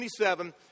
27